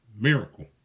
miracle